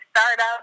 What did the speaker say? startup